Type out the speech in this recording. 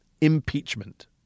Impeachment